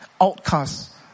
outcasts